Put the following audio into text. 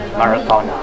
marathon